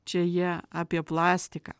čia jie apie plastiką